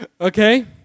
Okay